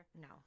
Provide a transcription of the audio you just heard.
No